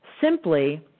simply